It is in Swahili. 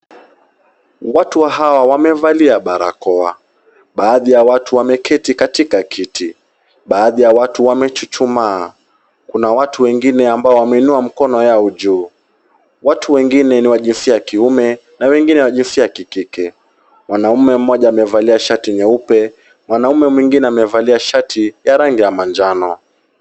Watu hawa wamevalia barakoa, baadhi ya watu wameketi katika kiti, baadhi ya watu wamechuchumaa, kuna watu wengine ambao wameinua mkono yao juu, watu wengine niwa jinsia kiume, na wengine wajisia yake kike, wanaume mmoja amevalia shati nyeupe, mwanaume wengine amevalia shati ya rangi ya manjano.